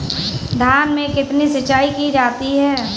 धान में कितनी सिंचाई की जाती है?